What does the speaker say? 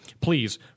please